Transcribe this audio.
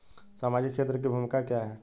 सामाजिक क्षेत्र की भूमिका क्या है?